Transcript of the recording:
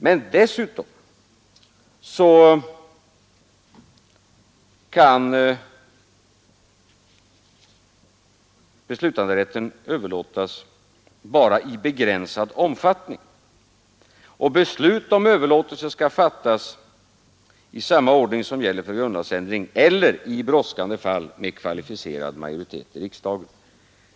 Men dessutom kan beslutanderätten bara överlåtas i begränsad omfattning och beslut om överlåtelse skall fattas i samma ordning som gäller för grundlagsändring eller — i brådskande fall — med kvalificerad majoritet i riksdagen.